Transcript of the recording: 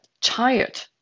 tired